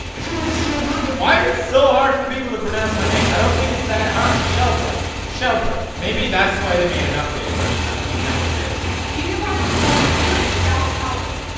why is it so hard for people to pronounce my name? i don't think it's that hard shellburg shellburg maybe that's why they made an updated version i'm, i'm kinda curious. pewdiepie was born felix shell. kellburg.